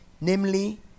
Namely